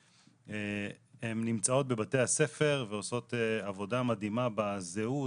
הן נמצאות בבתי הספר ועושות עבודה מדהימה בזהות,